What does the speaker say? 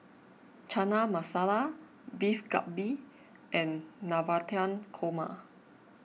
Chana Masala Beef Galbi and Navratan Korma